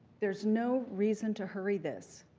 there's no reason to hurry this.